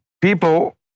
people